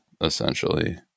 essentially